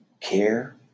care